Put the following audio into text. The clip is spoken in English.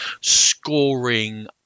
scoring